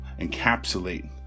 encapsulate